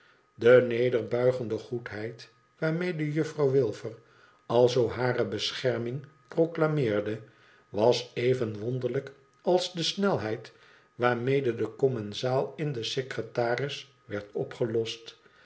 de nederbuigende goedheid waarmede juffrouw wilfer alzoo hare bescherming proclameerde was even wonderlijk als de snelheid waarmede de commensaal in de secretaris werd opgelost